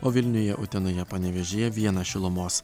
o vilniuje utenoje panevėžyje vienas šilumos